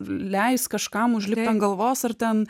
leis kažkam užlipt ant galvos ar ten